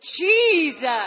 Jesus